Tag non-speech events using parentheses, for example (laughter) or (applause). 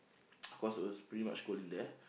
(noise) cause it was pretty much cold in there